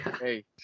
hey